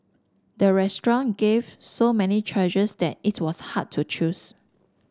the restaurant gave so many choices that it was hard to choose